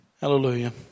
Hallelujah